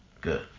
Good